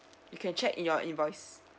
you can check in your invoice